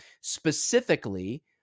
specifically